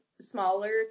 smaller